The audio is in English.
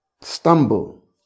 stumble